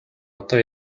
одоо